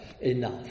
enough